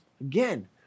again